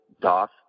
DOS